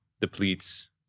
depletes